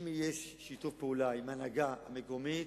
אם יש שיתוף פעולה עם ההנהגה המקומית